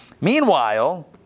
Meanwhile